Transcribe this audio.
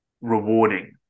rewarding